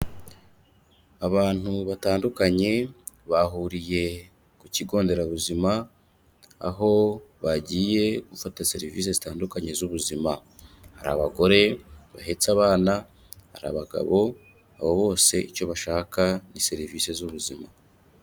Abantu batandukanye bahuriye ku kigo nderabuzima aho bagiye gufata serivise zitandukanye z'ubuzima, hari abagore bahetse abana, hari abagabo abo bose icyo bashaka ni serivise z'ubuzima.